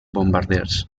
bombarders